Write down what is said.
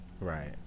Right